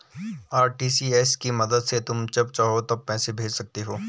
RTGS की मदद से तुम जब चाहो तब पैसे भेज सकते हो